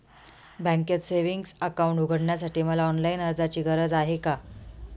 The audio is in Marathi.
बँकेत सेविंग्स अकाउंट उघडण्यासाठी मला ऑनलाईन अर्जाची गरज आहे का?